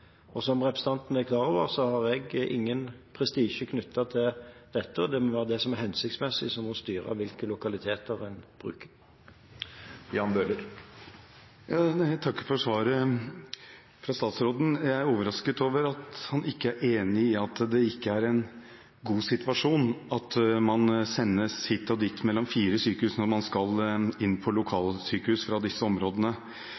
Som representanten er klar over, har jeg ingen prestisje knyttet til dette. Det må være det som er hensiktsmessig som må styre hvilke lokaliteter en bruker. Jeg takker for svaret fra statsråden. Jeg er overrasket over at han ikke er enig i at det ikke er en god situasjon at man sendes hit og dit mellom fire sykehus når man skal inn på lokalsykehus fra disse områdene.